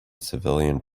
civilian